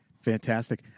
Fantastic